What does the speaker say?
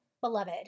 beloved